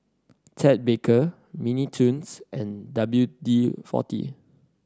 Ted Baker Mini Toons and W D Forty